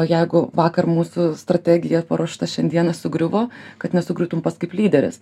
jeigu vakar mūsų strategija paruošta šiandieną sugriuvo kad nesugriūtum pats kaip lyderis